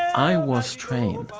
i was trained